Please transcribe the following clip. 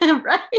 Right